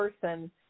person